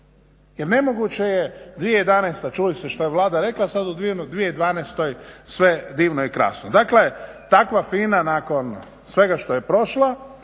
Jer nemoguće je 2011., čuli ste što je Vlada rekla, sada u 2012. sve divno i krasno. Dakle, takva FINA nakon svega što je prošla